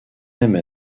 même